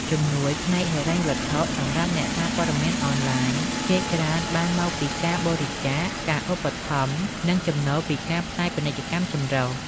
ជំនួយផ្នែកហិរញ្ញវត្ថុសម្រាប់អ្នកសារព័ត៌មានអនឡាញ ភាគច្រើនបានមកពីការបរិច្ចាគ ការឧបត្ថម្ភ និងចំណូលពីការផ្សាយពាណិជ្ជកម្មចម្រុះ។